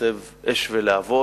חוצב אש ולהבות.